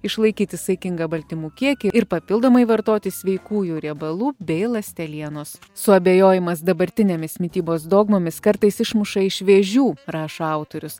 išlaikyti saikingą baltymų kiekį ir papildomai vartoti sveikųjų riebalų bei ląstelienos suabejojimas dabartinėmis mitybos dogmomis kartais išmuša iš vėžių rašo autorius